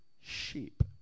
sheep